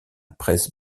presse